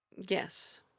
Yes